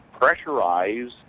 pressurize